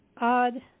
odd